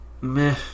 meh